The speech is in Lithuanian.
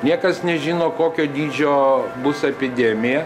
niekas nežino kokio dydžio bus epidemija